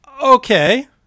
Okay